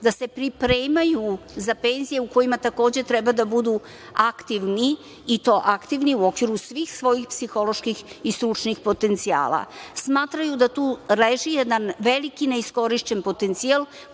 da se pripremaju za penzije u kojima takođe treba da budu aktivni i to aktivni u okviru svih svojih psiholoških i stručnih potencijala. Smatraju da tu leži jedan veliki neiskorišćen potencijal